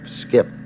skip